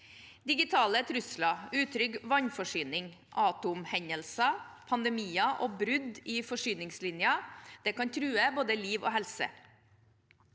Digitale trusler, utrygg vannforsyning, atomhendelser, pandemier og brudd i forsyningslinjer kan true både liv og helse.